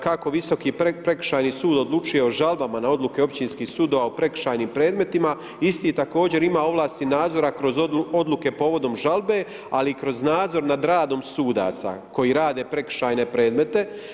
Kako Visoki prekršajni sud odlučuje o žalbama na odluke općinskih sudova u prekršajnim predmetima, isti također ima ovlasti nadzora kroz odluke povodom žalbe, ali i kroz nadzor nad radom sudaca koji rade prekršajne predmete.